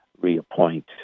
reappoint